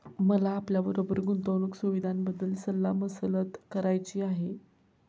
मला आपल्याबरोबर गुंतवणुक सुविधांबद्दल सल्ला मसलत करायची आहे